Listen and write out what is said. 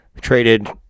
traded